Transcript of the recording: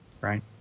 right